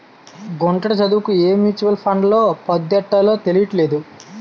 గుంటడి చదువుకి ఏ మ్యూచువల్ ఫండ్లో పద్దెట్టాలో తెలీట్లేదు